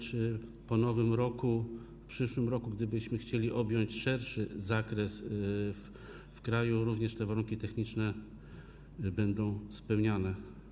Czy po nowym roku, w przyszłym roku, gdybyśmy chcieli objąć szerszy zakres w kraju, również te warunki techniczne będą spełniane?